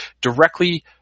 directly